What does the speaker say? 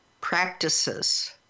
practices